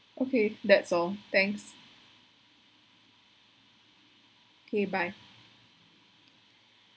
okay that's all thanks K bye